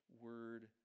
word